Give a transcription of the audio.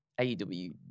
AEW